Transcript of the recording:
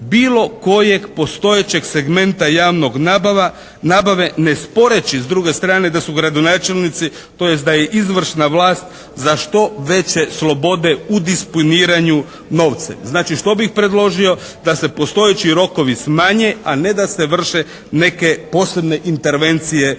bilo kojeg postojećeg segmenta javnog nabava, nabave nesporeći s druge strane da su gradonačelnici tj. da je izvršna vlast za što veće slobode u disponiranju novca. Znači, što bih predložio? Da se postojeći rokovi smanje a ne da se vrše neke posebne intervencije u